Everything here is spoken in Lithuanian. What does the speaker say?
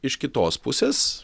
iš kitos pusės